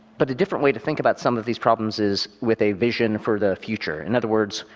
but a different way to think about some of these problems is with a vision for the future. in other words,